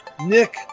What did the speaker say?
Nick